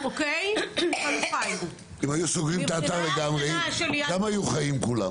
אם היו סוגרים את האתר לגמרי גם כולם היו חיים.